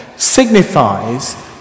Signifies